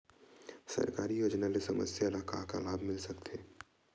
सरकारी योजना ले समस्या ल का का लाभ मिल सकते?